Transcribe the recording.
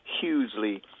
hugely